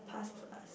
past plus